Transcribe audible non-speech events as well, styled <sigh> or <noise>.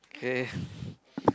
okay <breath>